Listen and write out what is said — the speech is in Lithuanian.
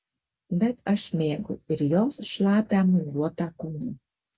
bet aš mėgau ir jos šlapią muiluotą kūną